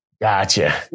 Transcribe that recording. Gotcha